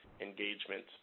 engagement